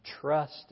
trust